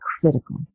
critical